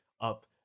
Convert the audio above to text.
Up